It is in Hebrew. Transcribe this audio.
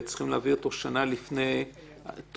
וצריך להביא אותו שנה לפני תום